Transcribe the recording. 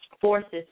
forces